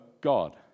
God